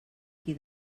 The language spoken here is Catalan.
qui